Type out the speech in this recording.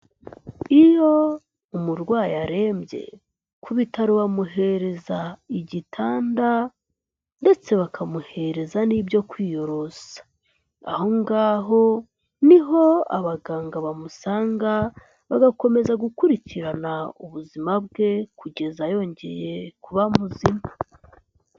Iyo umurwayi arembye, ku bitaro bamuhereza igitanda ndetse bakamuhereza n'ibyo kwiyorosa, aho ngaho niho abaganga bamusanga, bagakomeza gukurikirana ubuzima bwe kugeza yongeye kuba muzima.